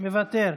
מוותר,